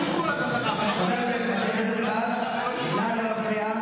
חבר הכנסת כץ, נא לא להפריע.